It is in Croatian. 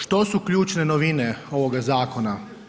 Što su ključne novine ovoga zakona?